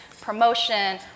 promotion